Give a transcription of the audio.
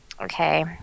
okay